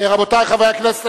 רבותי חברי הכנסת,